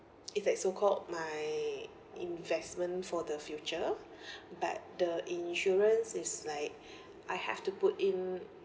it's like so called my investment for the future but the insurance is like I have to put in